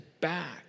back